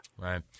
Right